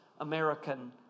American